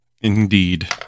Indeed